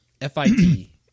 F-I-T